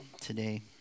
today